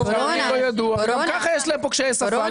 גם ככה יש להם פה קשיי שפה,